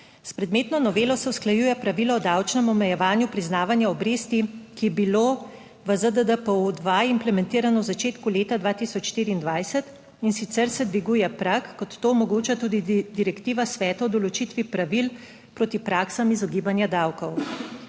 S predmetno novelo se usklajuje pravilo o davčnem omejevanju priznavanja obresti, ki je bilo v ZDDPO-2 implementirano v začetku leta 2024, in sicer se dviguje prag, kot to omogoča tudi Direktiva Sveta o določitvi pravil proti praksam izogibanja davkov.